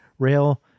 Rail